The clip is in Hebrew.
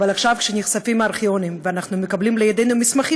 אבל עכשיו נחשפים הארכיונים ואנחנו מקבלים לידינו מסמכים